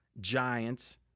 Giants